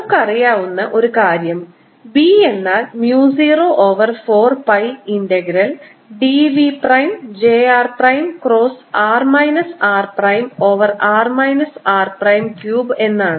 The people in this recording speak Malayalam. നമുക്കറിയാവുന്ന ഒരു കാര്യം B എന്നാൽ mu 0 over 4 pi integral d v prime j r prime cross r minus r prime over r minus r prime cube എന്നാണ്